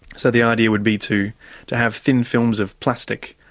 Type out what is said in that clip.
so the idea would be to to have thin films of plastic,